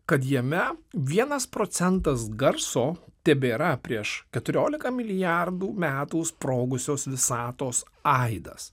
kad jame vienas procentas garso tebėra prieš keturiolika milijardų metų sprogusios visatos aidas